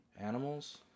Animals